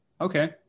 Okay